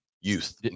youth